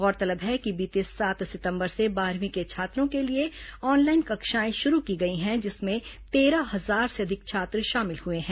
गौरतलब है कि बीते सात सितंबर से बारहवीं के छात्रों के लिए ऑनलाइन कक्षाएं शुरू की गई हैं जिसमें तेरह हजार से अधिक छात्र शामिल हुए हैं